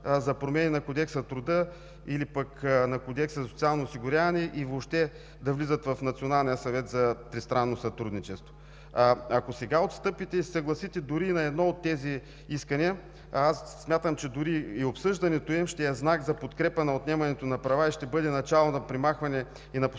за промени на Кодекса на труда или пък на Кодекса за социално осигуряване и въобще да влизат в Националния съвет за тристранно сътрудничество. Ако сега отстъпите и се съгласите дори и на едно от тези искания, а аз смятам, че дори и обсъждането им ще е знак за подкрепа на отнемането на права и ще бъде начало на премахване и на последните